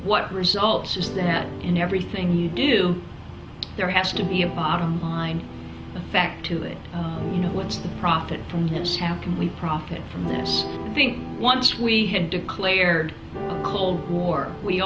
what results is that in everything you do there has to be a bottom line effect to it you know what's the profit from his how can we profit from this thing once we have declared cold war we